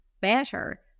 better